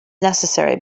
necessary